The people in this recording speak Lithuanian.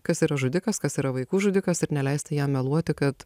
kas yra žudikas kas yra vaikų žudikas ir neleisti jam meluoti kad